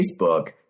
Facebook